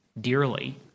dearly